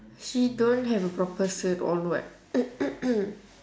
she don't have a proper cert all [what]